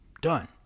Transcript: done